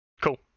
Cool